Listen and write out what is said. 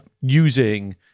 Using